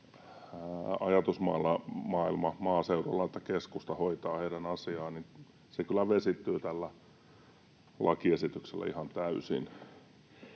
ajatusmaailma maaseudulla, että keskusta hoitaa heidän asiaansa, kyllä vesittyy tällä lakiesityksellä ihan täysin.